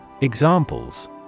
Examples